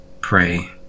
pray